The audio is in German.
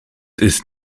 ist